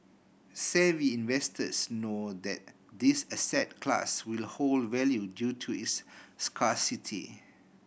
savvy investors know that this asset class will hold value due to its scarcity